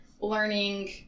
learning